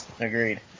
Agreed